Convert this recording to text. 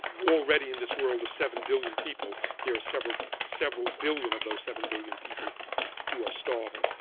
already in this world of seven billion people, there are several several billion of those seven billion people um who are starving.